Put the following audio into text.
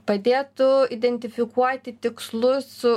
padėtų identifikuoti tikslus su